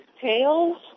tails